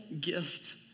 gift